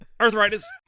Arthritis